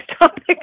topic